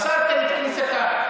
אסרתם את כניסתה.